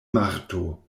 marto